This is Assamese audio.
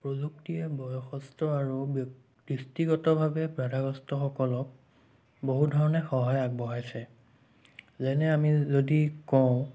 প্ৰযুক্তিয়ে বয়সস্থ আৰু ব্যক্তিগতভাৱে বাধাগ্ৰস্ত সকলক বহু ধৰণে সহায় আগবঢ়াইছে যেনে আমি যদি কওঁ